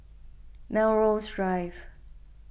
Melrose Drive